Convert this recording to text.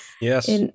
yes